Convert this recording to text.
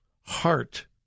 heart